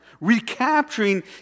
recapturing